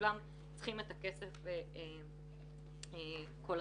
כולם צריכים את הכסף כל הזמן.